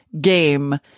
game